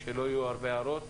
שלא יהיו הרבה הערות.